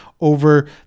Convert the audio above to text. over